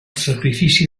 sacrifici